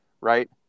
Right